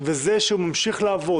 וזה שהוא ממשיך לעבוד,